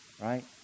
right